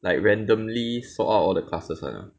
like randomly sort out all the classes [one] lah